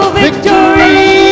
victory